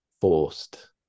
forced